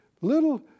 Little